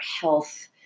health